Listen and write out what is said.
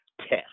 test